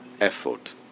effort